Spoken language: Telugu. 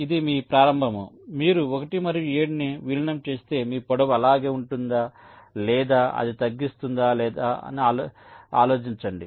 ఇది మీ ప్రారంభము మీరు 1 మరియు 7 ని విలీనం చేస్తే మీ పొడవు అలాగే ఉంటుంధా లేదా అది తగ్గిస్తుంధా లేధా ఆలోచించండి